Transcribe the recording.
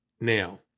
Now